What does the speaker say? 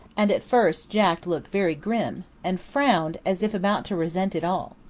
and at first jack looked very grim, and frowned as if about to resent it all.